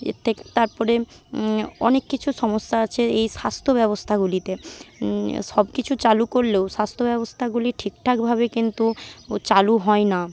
এর থেকে তারপরে অনেক কিছু সমস্যা আছে এই স্বাস্থ্য ব্যবস্থাগুলিতে সবকিছু চালু করলেও স্বাস্থ্য ব্যবস্থাগুলি ঠিকঠাকভাবে কিন্তু চালু হয় না